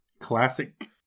Classic